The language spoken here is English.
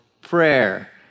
prayer